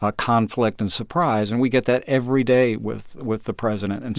ah conflict and surprise. and we get that every day with with the president. and